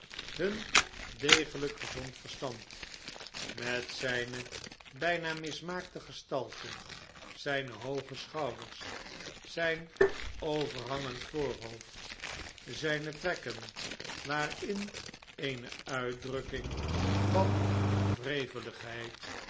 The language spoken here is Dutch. hun degelijk gezond verstand met zijne bijna mismaakte gestalte zijne hooge schouders zijn overhangend voorhoofd zijne trekken waarin eene uitdrukking van